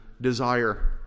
desire